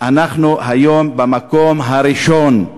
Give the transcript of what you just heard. אנחנו היום במקום הראשון,